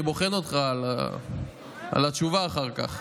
אני בוחן אותך על התשובה אחר כך.